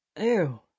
Ew